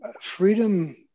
freedom